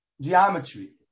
geometry